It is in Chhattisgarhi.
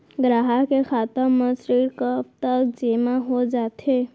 ग्राहक के खाता म ऋण कब तक जेमा हो जाथे?